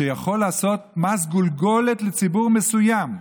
שיכול לעשות מס גולגולת לציבור מסוים.